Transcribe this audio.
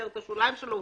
בכותרת השוליים שלו,